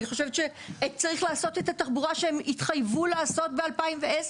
אני חושבת שצריך לעשות את התחבורה שהם התחייבו לעשות ב-2010,